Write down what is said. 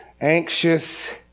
anxious